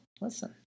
listen